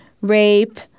rape